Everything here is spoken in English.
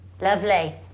Lovely